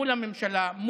מול הממשלה,